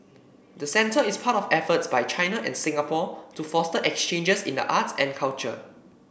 the center is part of efforts by China and Singapore to foster exchanges in the arts and culture